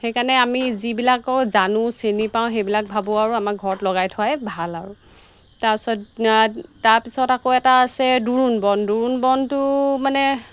সেইকাৰণে আমি যিবিলাকো জানোঁ চিনি পাওঁ সেইবিলাক ভাবোঁ আৰু আমাৰ ঘৰত লগাই থোৱাই ভাল আৰু তাৰপিছত তাৰপিছত আকৌ এটা আছে দোৰোণ বন দোৰোণ বনটো মানে